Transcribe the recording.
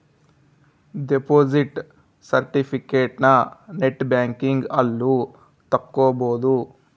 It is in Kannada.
ದೆಪೊಸಿಟ್ ಸೆರ್ಟಿಫಿಕೇಟನ ನೆಟ್ ಬ್ಯಾಂಕಿಂಗ್ ಅಲ್ಲು ತಕ್ಕೊಬೊದು